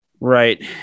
Right